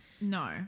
no